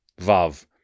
Vav